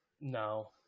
No